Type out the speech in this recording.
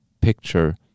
picture